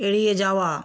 এড়িয়ে যাওয়া